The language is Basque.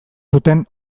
zuten